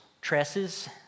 tresses